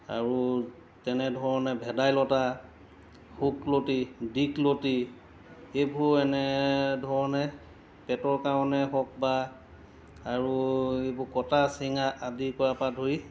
আৰু তেনেধৰণে ভেদাইলতা শুকলতি দীঘলতি এইবোৰ এনেধৰণে পেটৰ কাৰণে হওক বা আৰু এইবোৰ কটা চিঙা আদি কৰা পৰা ধৰি